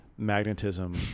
magnetism